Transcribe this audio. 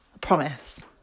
promise